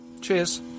Cheers